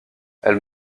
elle